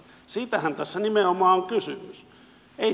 siitähän tässä nimenomaan on kysymys